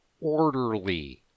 orderly